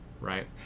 right